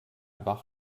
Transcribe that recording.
bach